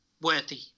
worthy